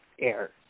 air